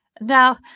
Now